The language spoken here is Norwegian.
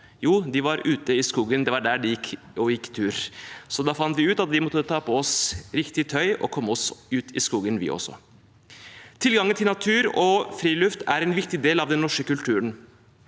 Jo, de var ute i skogen, det var der de gikk tur, så da fant vi ut at vi måtte ta på oss riktig tøy og komme oss ut i skogen vi også. Tilgangen til natur og friluftsliv er en viktig del av den norske kulturen,